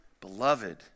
beloved